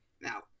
Now